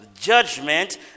judgment